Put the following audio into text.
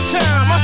time